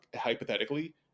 hypothetically